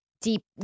deep